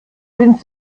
sind